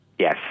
Yes